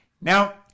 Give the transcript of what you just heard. Now